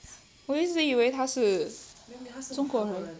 我一直以为他是中国人